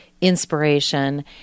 inspiration